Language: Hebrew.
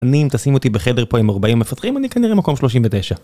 אני, אם תשים אותי בחדר פה עם 40 מפתחים, אני כנראה מקום 39.